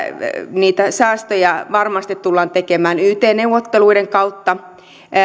niitä säästöjä varmasti tullaan tekemään yt neuvotteluiden kautta